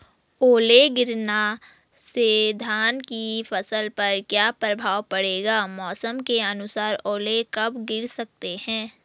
ओले गिरना से धान की फसल पर क्या प्रभाव पड़ेगा मौसम के अनुसार ओले कब गिर सकते हैं?